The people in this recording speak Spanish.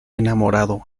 enamorado